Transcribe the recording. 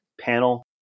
panel